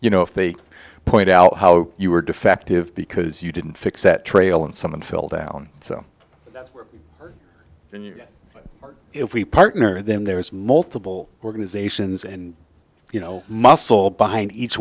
you know if they point out how you were defective because you didn't fix that trail and someone fell down so hard and if we partner then there was multiple organizations and you know muscle behind each